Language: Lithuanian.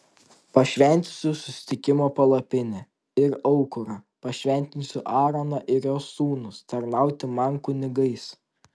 pašventinsiu susitikimo palapinę ir aukurą pašventinsiu aaroną ir jo sūnus tarnauti man kunigais